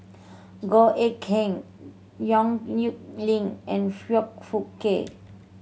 Goh Eck Kheng Yong Nyuk Lin and Foong Fook Kay